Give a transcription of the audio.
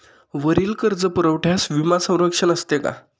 वरील कर्जपुरवठ्यास विमा संरक्षण असते का?